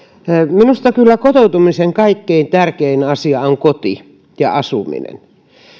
minusta kyllä kotoutumisessa kaikkein tärkein asia on koti ja asuminen